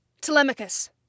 Telemachus